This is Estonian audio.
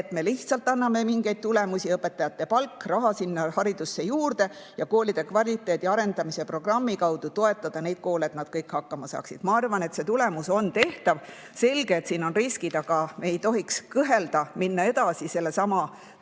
et me lihtsalt [näitame] mingeid tulemusi. Õpetajate palk, raha haridusse juurde. Koolide kvaliteedi arendamise programmi kaudu tuleb toetada neid koole, et nad kõik hakkama saaksid. Ma arvan, et see tulemus on tehtav. Selge, et siin on riskid, aga me ei tohiks kõhelda, vaid minna edasi sellelsamal teel,